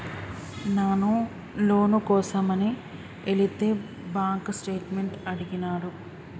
నాను లోను కోసమని ఎలితే బాంక్ స్టేట్మెంట్ అడిగినాడు